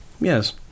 yes